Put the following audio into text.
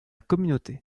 communauté